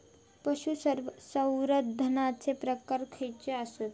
पशुसंवर्धनाचे प्रकार खयचे आसत?